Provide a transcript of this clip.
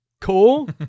cool